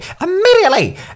immediately